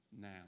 now